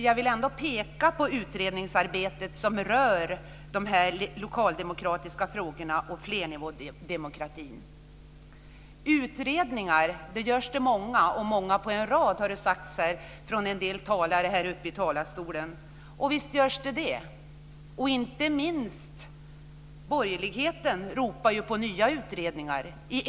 Jag vill ändå peka på det utredningsarbete som rör de lokaldemokratiska frågorna och flernivådemokratin. Utredningar görs det många, och många på en rad, har det sagts från en del talare här i talarstolen. Och visst görs det utredningar. Inte minst borgerligheten ropar på nya utredningar.